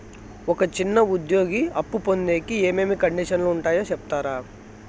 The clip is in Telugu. ఒక చిన్న ఉద్యోగి అప్పు పొందేకి ఏమేమి కండిషన్లు ఉంటాయో సెప్తారా?